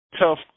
tough